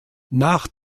nach